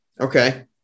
Okay